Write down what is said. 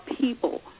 people